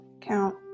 count